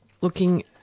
looking